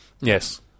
Yes